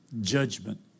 judgment